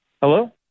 Hello